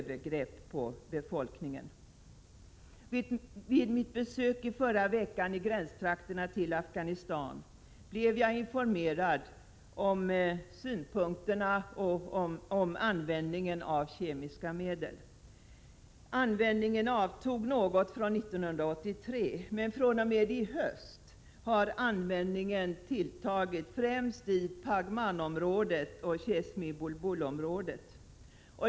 Vid mitt besök i förra veckan i gränstrakterna till Afghanistan blev jag informerad om användningen av kemiska medel. Användningen avtog något från 1983, men fr.o.m. i höst har den tilltagit, främst i Paghmanområdet och Chesmi-Bul-Bul-området.